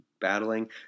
battling